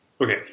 Okay